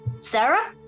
sarah